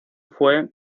fue